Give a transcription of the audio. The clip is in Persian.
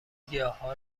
گیاها